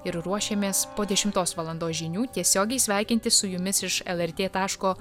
ir ruošiamės po dešimtos valandos žinių tiesiogiai sveikintis su jumis iš lrt taško